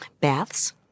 Baths